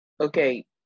Okay